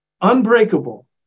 Unbreakable